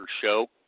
show